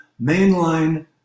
mainline